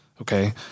Okay